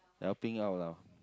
helping out lah